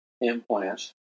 implant